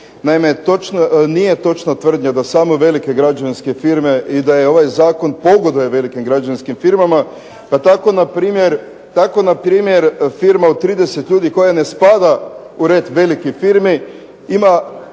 Naime, nije točna tvrdnja da samo velike građevinske firme i da je ovaj zakon pogoduje velikim građevinskim firmama. Pa tako na primjer firma od 30 ljudi koja ne spada u red velikih firmi ima,